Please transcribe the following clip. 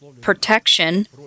protection